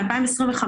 ב-2025,